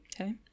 okay